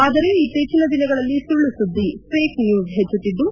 ಆದರೆ ಇತ್ತೀಚಿನ ದಿನಗಳಲ್ಲಿ ಸುಳ್ಳು ಸುದ್ವಿ ಫ್ಲೇಕ್ ನ್ಯೂಸ್ ಹೆಚ್ಚುತ್ತಿದ್ದು